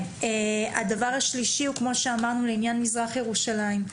הדבר השלישי הוא כמו שאמרנו לעניין מזרח ירושלים.